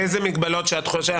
איזו מגבלות שאת חושבת.